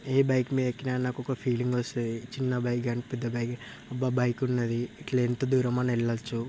ఏ bike మీద ఎక్కిన నాకు ఒక ఫీలింగ్ వస్తది చిన్న బైక్ గాని పెద్ద బైక్ బైక్ ఉన్నది ఇట్లా ఎంత దూరమైనా వెళ్లొచ్చు